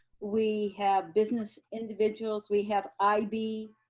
we have business individuals. we have ib.